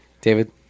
David